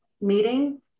meeting